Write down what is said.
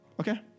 Okay